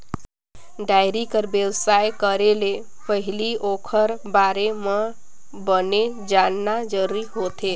dairy कर बेवसाय करे ले पहिली ओखर बारे म बने जानना जरूरी होथे